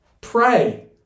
Pray